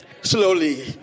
slowly